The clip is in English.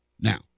Now